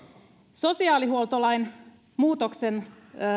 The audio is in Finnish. sosiaalihuoltolain muutoksen